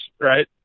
Right